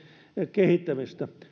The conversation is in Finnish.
kehittämistä